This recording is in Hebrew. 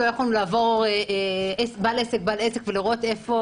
לא יכולנו לעבור בעל עסק-בעל עסק ולראות איפה